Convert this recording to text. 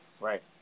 Right